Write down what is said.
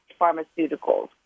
pharmaceuticals